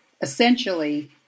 essentially